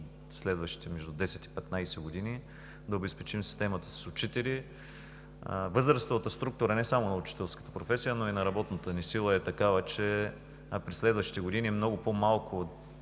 следващите между 10 и 15 години, системата с учители. Възрастовата структура не само на учителската професия, но и на работната ни сила е такава, че през следващите години много по-малко